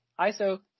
ISO